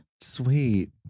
sweet